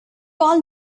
call